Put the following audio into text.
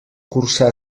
cursà